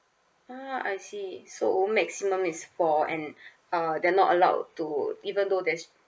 ah I see so maximum is four and uh they're not allowed to even though there's